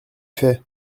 fait